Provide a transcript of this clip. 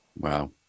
Wow